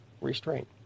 Restraint